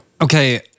okay